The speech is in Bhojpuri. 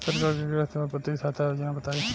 सरकार के गृहलक्ष्मी और पुत्री यहायता योजना बताईं?